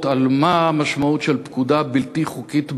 על המשמעות של פקודה בלתי חוקית בעליל,